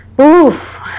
Oof